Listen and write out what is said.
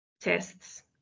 tests